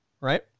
Right